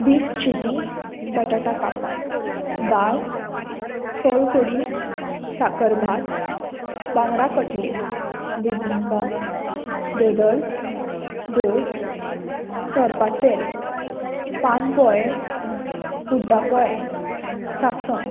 beef chilli बटाटा कापां दाळ सोलकोडी साकर भात बांगडा कटलेट बिबिंका दोदल दोस सोरपातेल पान पोळे उड्डा पोळे सासंव